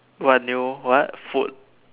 what new what food